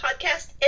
podcast